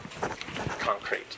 concrete